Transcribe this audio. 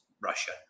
Russia